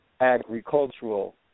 agricultural